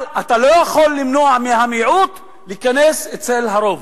אבל אתה לא יכול למנוע מהמיעוט להיכנס אצל הרוב,